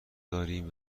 داریم